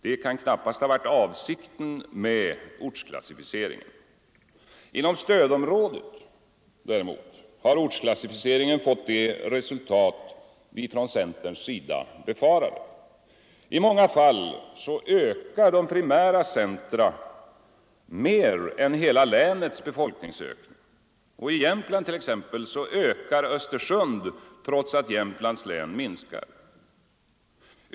Det kan knappast ha varit avsikten med ortsklassificeringen. Inom stödområdet har däremot ortsklassificeringen fått det resultat vi inom centern befarade. I många fall ökar de primära centra mer än hela länets befolkningsökning, och t.ex. i Jämtland ökar Östersund trots att Jämtlands län minskar.